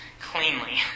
cleanly